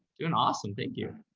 doing awesome. thank you,